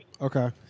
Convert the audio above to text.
Okay